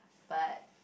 but